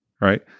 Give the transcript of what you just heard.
right